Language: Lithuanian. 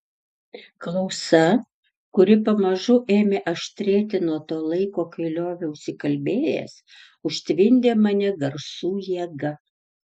klausa kuri pamažu ėmė aštrėti nuo to laiko kai lioviausi kalbėjęs užtvindė mane garsų jėga